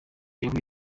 yahuye